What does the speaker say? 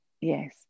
Yes